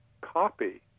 copy